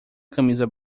camisa